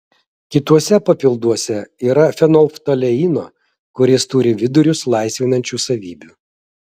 kituose papilduose yra fenolftaleino kuris turi vidurius laisvinančių savybių